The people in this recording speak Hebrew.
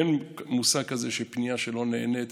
אין מושג כזה של פנייה שלא נענית.